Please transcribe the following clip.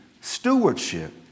stewardship